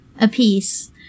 apiece